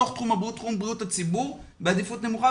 בתוך תחום הבריאות תחום בריאות הציבור בעדיפות נמוכה,